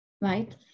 right